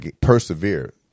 persevere